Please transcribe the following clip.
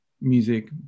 music